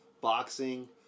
boxing